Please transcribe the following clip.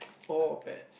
or pets